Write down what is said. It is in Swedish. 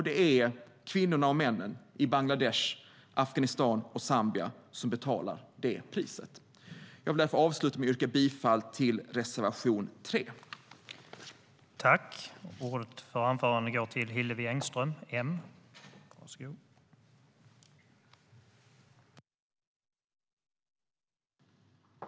Det är kvinnorna och männen i Bangladesh, Afghanistan och Zambia som betalar det priset.